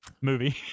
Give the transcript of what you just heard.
movie